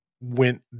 went